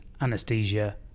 anesthesia